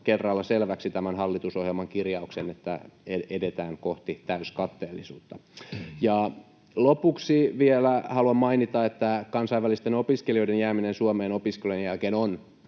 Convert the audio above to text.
kerralla selväksi tämän hallitusohjelman kirjauksen, että edetään kohti täyskatteellisuutta. Lopuksi vielä haluan mainita, että kansainvälisten opiskelijoiden jääminen Suomeen opiskelujen jälkeen on